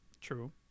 True